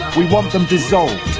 we want them dissolved.